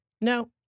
No